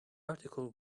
article